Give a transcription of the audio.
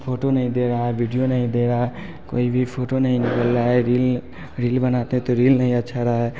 photo नहीं दे रहा है वीडियो नहीं दे रहा है कोई भी फोटो नहीं निकल रहा है रील रील बनाते तो रील नहीं अच्छा रहा है